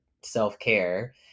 self-care